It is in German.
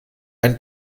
ein